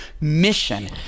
mission